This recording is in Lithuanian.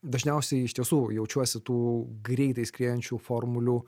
dažniausiai iš tiesų jaučiuosi tų greitai skriejančių formulių